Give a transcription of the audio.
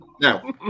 Now